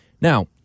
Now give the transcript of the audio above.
Now